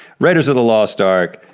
raiders of the lost ark,